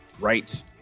right